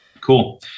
Cool